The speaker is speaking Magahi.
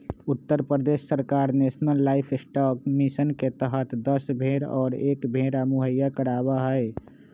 उत्तर प्रदेश सरकार नेशलन लाइफस्टॉक मिशन के तहद दस भेंड़ और एक भेंड़ा मुहैया करवावा हई